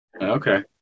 Okay